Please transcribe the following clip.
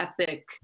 epic